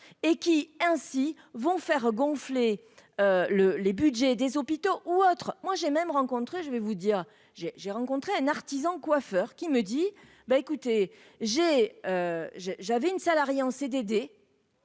et qui ainsi vont faire gonfler le les Budgets des hôpitaux ou autre, moi j'ai même rencontré, je vais vous dire j'ai j'ai rencontré un artisan coiffeur qui me dit : bah, écoutez, j'ai j'ai, j'avais une salariée en CDD,